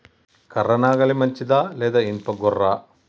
కర్ర నాగలి మంచిదా లేదా? ఇనుప గొర్ర?